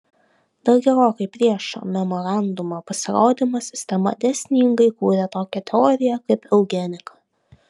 dar gerokai prieš šio memorandumo pasirodymą sistema dėsningai kūrė tokią teoriją kaip eugenika